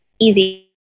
easy